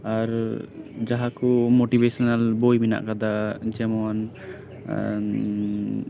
ᱟᱨ ᱡᱟᱦᱟᱸ ᱠᱚ ᱢᱳᱴᱤᱵᱷᱮᱥᱚᱱᱟᱞ ᱵᱳᱭ ᱢᱮᱱᱟᱜ ᱟᱠᱟᱫᱟ ᱡᱮᱢᱚᱱ